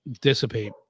dissipate